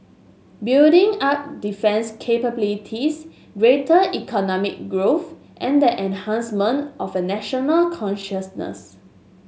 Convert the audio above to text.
building up defence capabilities greater economic growth and the enhancement of a national consciousness